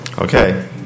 Okay